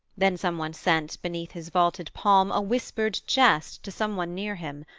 then some one sent beneath his vaulted palm a whispered jest to some one near him,